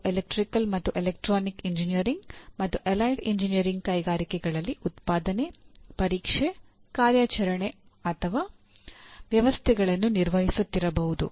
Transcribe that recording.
ಅವು ಎಲೆಕ್ಟ್ರಿಕಲ್ ಮತ್ತು electronic engineering ಮತ್ತು ಅಲೈಡ್ ಎಂಜಿನಿಯರಿಂಗ್ ಕೈಗಾರಿಕೆಗಳಲ್ಲಿ ಉತ್ಪಾದನೆ ಪರೀಕ್ಷೆ ಕಾರ್ಯಾಚರಣೆ ಅಥವಾ ವ್ಯವಸ್ಥೆಗಳನ್ನು ನಿರ್ವಹಿಸುತ್ತಿರಬಹುದು